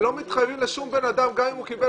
הן לא מתחייבות לשום בן אדם גם אם הוא קיבל